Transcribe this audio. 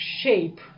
shape